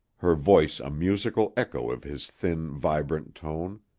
her voice a musical echo of his thin, vibrant tone